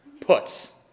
puts